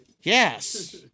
Yes